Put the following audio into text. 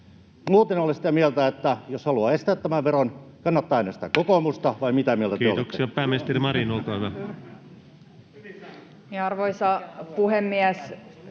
Muuten olen sitä mieltä, että jos haluaa estää tämän veron, kannattaa äänestää kokoomusta, vai mitä mieltä te olette? Kiitoksia. — Pääministeri Marin, olkaa hyvä. Arvoisa puhemies!